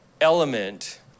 element